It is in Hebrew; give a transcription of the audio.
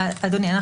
אדוני,